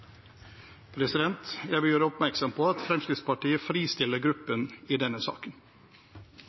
president. Jeg vil orientere om at også Venstres gruppe er fristilt i denne saken.